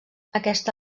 aquesta